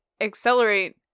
accelerate